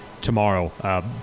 tomorrow